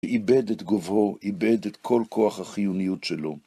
ואיבד את גובהו, איבד את כל כוח החיוניות שלו.